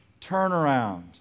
turnaround